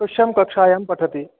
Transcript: कस्यां कक्ष्यायां पठति